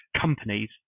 companies